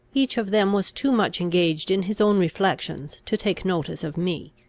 each of them was too much engaged in his own reflections, to take notice of me.